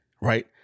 right